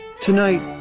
Tonight